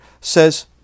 says